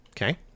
Okay